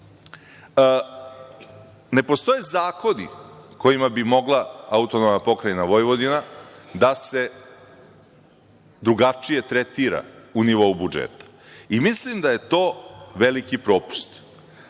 postoje zakoni kojima bi mogla AP Vojvodina da se drugačije tretira u nivou budžeta. Mislim da je to veliki propust.